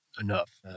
enough